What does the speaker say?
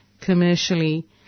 commercially